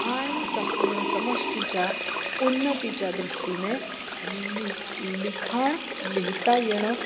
आणि संपूर्ण समष्टीच्या उन्नतीच्या दृष्टीने लिखाण लिहिता येणं